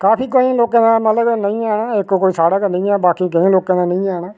काफी केईं लोकें दे मतलब नेईं ऐ इक कोई साढ़े के नेईं ऐ बाकी केइएं लोकें दे नेई हैन